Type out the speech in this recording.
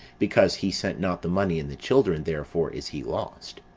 because he sent not the money and the children therefore is he lost.